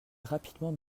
rapidement